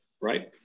right